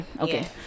okay